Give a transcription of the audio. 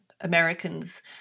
Americans